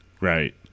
Right